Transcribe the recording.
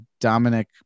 Dominic